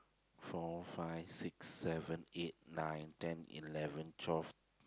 four five six seven eight nine ten eleven twelve